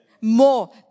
More